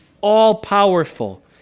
all-powerful